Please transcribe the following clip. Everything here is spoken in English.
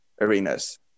arenas